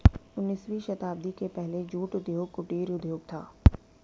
उन्नीसवीं शताब्दी के पहले जूट उद्योग कुटीर उद्योग था